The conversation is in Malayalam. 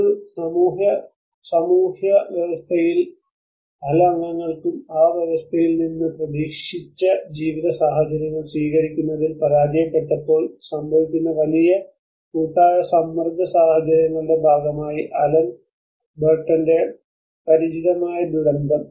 ഒരു സാമൂഹ്യവ്യവസ്ഥയിലെ പല അംഗങ്ങൾക്കും ആ വ്യവസ്ഥയിൽ നിന്ന് പ്രതീക്ഷിച്ച ജീവിത സാഹചര്യങ്ങൾ സ്വീകരിക്കുന്നതിൽ പരാജയപ്പെട്ടപ്പോൾ സംഭവിക്കുന്ന വലിയ കൂട്ടായ സമ്മർദ്ദ സാഹചര്യങ്ങളുടെ ഭാഗമായി അലൻ ബാർട്ടന്റെ പരിചിതമായ ദുരന്തം